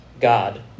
God